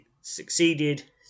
Succeeded